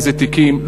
איזה תיקים,